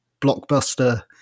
blockbuster